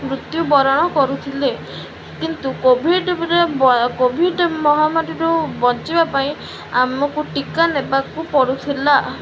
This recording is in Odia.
ମୃତ୍ୟୁବରଣ କରୁଥିଲେ କିନ୍ତୁ କୋଭିଡ୍ରେ କୋଭିଡ୍ ମହାମାରୀରୁ ବଞ୍ଚିବା ପାଇଁ ଆମକୁ ଟୀକା ନେବାକୁ ପଡ଼ୁଥିଲା